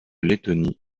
lettonie